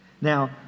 Now